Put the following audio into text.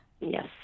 Yes